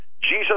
Jesus